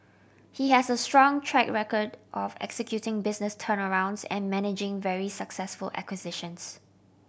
he has a strong track record of executing business turnarounds and managing very successful acquisitions